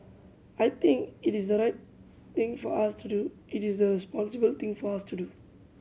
I think it is the right thing for us to do it is the responsible thing for us to do